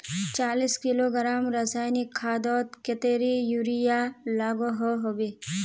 चालीस किलोग्राम रासायनिक खादोत कतेरी यूरिया लागोहो होबे?